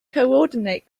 coordinate